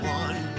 one